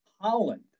Holland